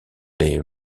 les